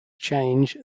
change